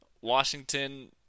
Washington